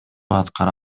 аткара